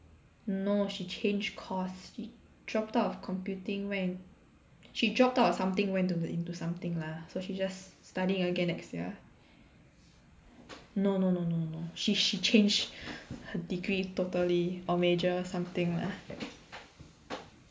no she changed course she dropped out of computing went in~ she dropped out of something went into the into something lah so she just studying again next year no no no no no no she she changed her degree totally or major something lah